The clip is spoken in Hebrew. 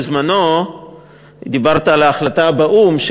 בזמנה דיברת על ההחלטה באו"ם,